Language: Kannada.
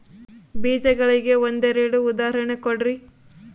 ಬೇಜಗಳಿಗೆ ಒಂದೆರಡು ಉದಾಹರಣೆ ಕೊಡ್ರಿ?